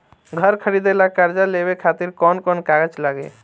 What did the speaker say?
घर खरीदे ला कर्जा लेवे खातिर कौन कौन कागज लागी?